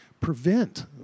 prevent